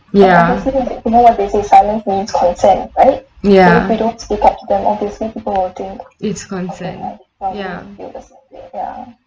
ya ya it's consent ya